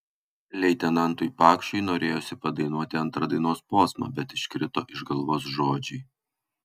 leitenantui pakšiui norėjosi padainuoti antrą dainos posmą bet iškrito iš galvos žodžiai